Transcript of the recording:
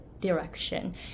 direction